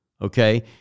okay